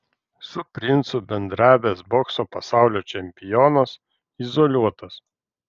su princu bendravęs bokso pasaulio čempionas izoliuotas